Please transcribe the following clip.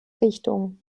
richtung